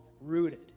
Rooted